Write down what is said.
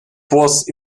post